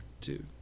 two